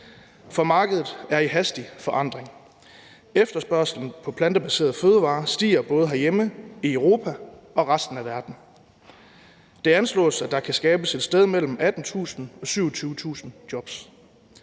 For markedet er i hastig forandring. Efterspørgslen på plantebaserede fødevarer stiger både herhjemme, i Europa og i resten af verden. Det anslås, at der kan skabes et sted mellem 18.000 og 27.000 jobs.